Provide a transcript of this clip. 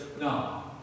No